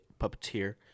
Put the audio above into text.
puppeteer